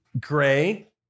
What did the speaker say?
Gray